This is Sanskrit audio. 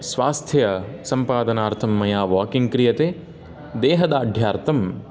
स्वास्थ्यसम्पादानार्थं मया वाकिङ्ग् क्रियते देहदार्ढ्यार्थं